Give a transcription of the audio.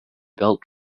belt